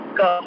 go